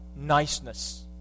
niceness